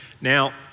Now